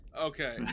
Okay